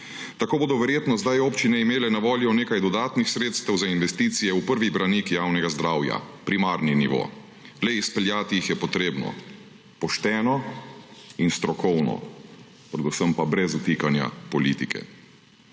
Tako bodo verjetno zdaj občine imele na voljo nekaj dodatnih sredstev za investicije v prvi branik javnega zdravja: primarni nivo, le izpeljati jih je treba pošteno in strokovno, predvsem pa brez vtikanja politike.